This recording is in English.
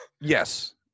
Yes